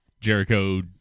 Jericho